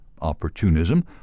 opportunism